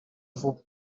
mvubu